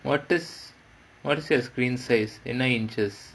what does what does your screen says என்ன:enna inches